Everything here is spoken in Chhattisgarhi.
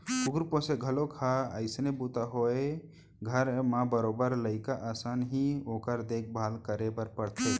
कुकुर पोसे घलौक ह अइसने बूता नोहय घर म बरोबर लइका असन ही ओकर देख भाल करे बर परथे